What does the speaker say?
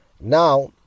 Now